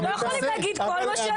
הם לא יכולים להגיד כל מה שהם רוצים.